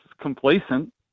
complacent